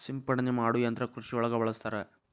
ಸಿಂಪಡನೆ ಮಾಡು ಯಂತ್ರಾ ಕೃಷಿ ಒಳಗ ಬಳಸ್ತಾರ